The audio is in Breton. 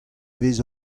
vez